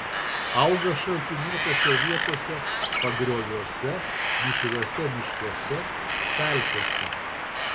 auga šaltiniuotose vietose pagrioviuose mišriuose miškuose pelkėse